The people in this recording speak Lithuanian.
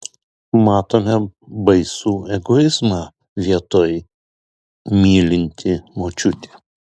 matome baisų egoizmą vietoj mylinti močiutė